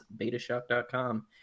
betashock.com